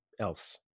else